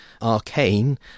arcane